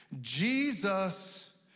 Jesus